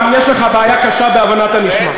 יש לך בעיה קשה בהבנת הנשמע.